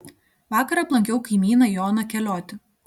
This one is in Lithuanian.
vakar aplankiau kaimyną joną keliotį